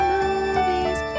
movies